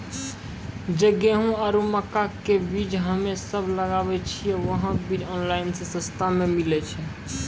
जे गेहूँ आरु मक्का के बीज हमे सब लगावे छिये वहा बीज ऑनलाइन मे सस्ता मिलते की?